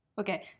Okay